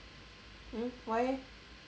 hmm why leh